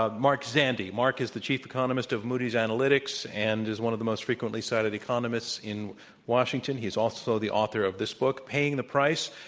ah mark zandi. mark is the chief economist of moody's analytics and is one of the most frequently cited economists in washington he's also the author of this book, paying the price,